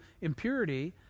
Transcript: impurity